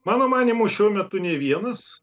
mano manymu šiuo metu nei vienas